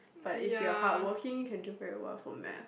but if you are hardworking you can do very well for math